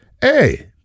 Hey